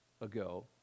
ago